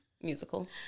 musical